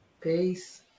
Peace